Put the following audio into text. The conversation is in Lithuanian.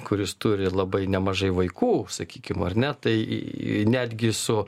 kuris turi labai nemažai vaikų sakykim ar ne tai netgi su